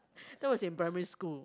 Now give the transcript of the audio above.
that was in primary school